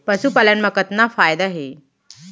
पशुपालन मा कतना फायदा हे?